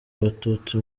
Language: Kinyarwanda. abatutsi